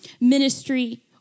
ministry